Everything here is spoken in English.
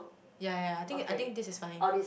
ya ya ya I think I think this is fine